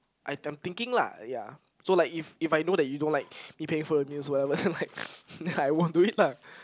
I think~ I'm thinking lah ya so like if if I know that you don't like me paying for your meals whatever then like then I won't do it lah